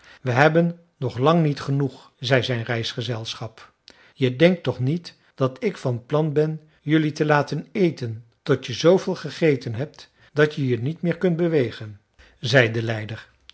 we hebben nog lang niet genoeg zei zijn reisgezelschap je denkt toch niet dat ik van plan ben jelui te laten eten tot je zveel gegeten hebt dat je je niet meer kunt bewegen zei de leider